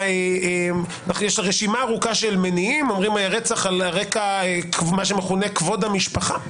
יש רשימה ארוכה של מניעים נוספים כמו רצח על רקע כבוד המשפחה.